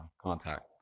contact